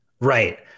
Right